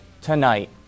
tonight